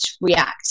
react